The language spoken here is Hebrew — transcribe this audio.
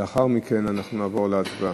לאחר מכן נעבור להצבעה.